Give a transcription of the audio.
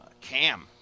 Cam